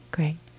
Great